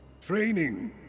training